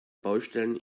baustellen